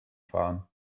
fahren